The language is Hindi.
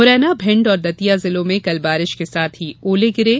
मुरैना भिंड और दतिया जिले में कल बारिश के साथ ही ओले गिरे